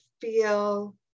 feel